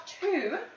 two